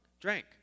drank